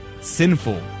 sinful